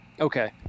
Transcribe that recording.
Okay